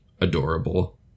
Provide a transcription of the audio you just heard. adorable